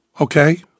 okay